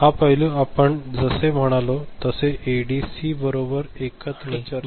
हा पैलू आपण जसे म्हणालो तसे एडीसी बरोबर एकत्र चर्चे मध्ये घेऊ